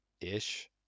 ish